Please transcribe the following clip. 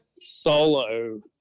Solo